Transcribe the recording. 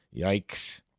Yikes